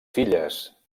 filles